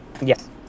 Yes